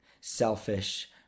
selfish